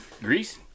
Grease